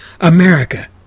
America